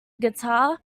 guitar